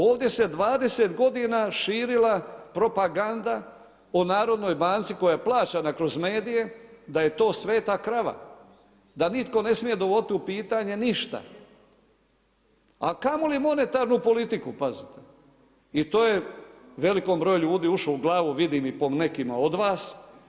Ovdje se 20 godina širila propaganda o Narodnoj banci koja je plaćana kroz medije, da je to sveta krava, da nitko ne smije dovoditi u pitanje ništa, a kamoli monetarnu politiku i to je velikom broju ljudi ušlo u glavu, vidim i po nekima od vas.